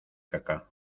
caca